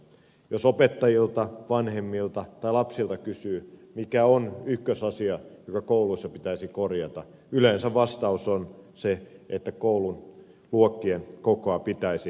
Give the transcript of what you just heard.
jos opettajilta vanhemmilta tai lapsilta kysyy mikä on ykkösasia joka kouluissa pitäisi korjata yleensä vastaus on se että koululuokkien kokoa pitäisi pienentää